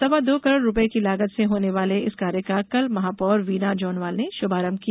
सवां दो करोड़ रूपये की लागत से होने वाले इस कार्य का कल महापौर वीना जोनवाल ने शुभारंभ किया